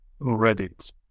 Reddit